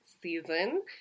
season